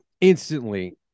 instantly